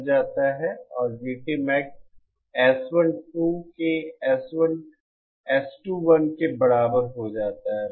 GTMax S12 के S21 के बराबर हो जाता है